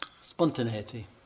spontaneity